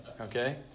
okay